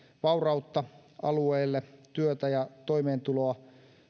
vaurautta alueelle työtä ja toimeentuloa